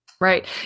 Right